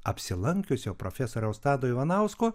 apsilankiusio profesoriaus tado ivanausko